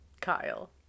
Kyle